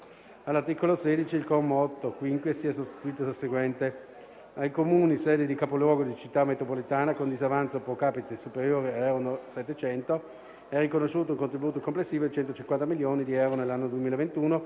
all'articolo 16, il comma 8*-quinquies* sia sostituito dal seguente: "Ai comuni sede di capoluogo di città metropolitana con disavanzo *pro capite* superiore a euro 700, è riconosciuto un contributo complessivo di 150 milioni di euro nell'anno 2021